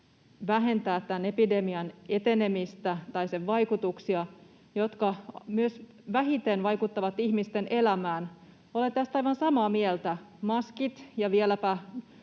vähentää tämän epidemian etenemistä tai sen vaikutuksia, jotka myös vähiten vaikuttavat ihmisten elämään. Olen tästä aivan samaa mieltä. Maskit ja vieläpä